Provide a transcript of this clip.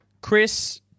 Chris